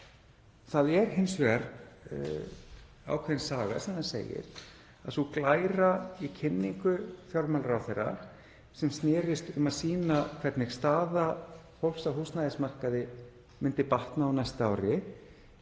Það er hins vegar ákveðin saga sem það segir að í þeirri glæru í kynningu fjármálaráðherra sem snerist um að sýna hvernig staða fólks á húsnæðismarkaði myndi batna á næsta ári,